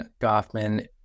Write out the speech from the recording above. Goffman